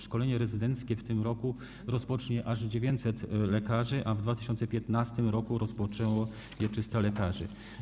Szkolenie rezydenckie w tym roku rozpocznie aż 900 lekarzy, a w 2015 r. rozpoczęło je 300 lekarzy.